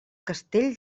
castell